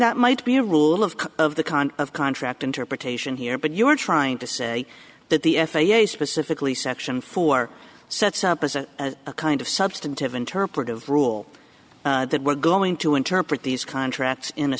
that might be a rule of of the kind of contract interpretation here but you're trying to say that the f a a specifically section four sets up a kind of substantive interpretive rule that we're going to interpret these contracts in a